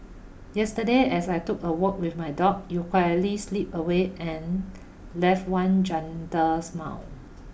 yesterday as I took a walk with my dog you quietly slipped away and left one gentle smile